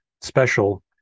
special